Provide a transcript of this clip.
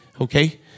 Okay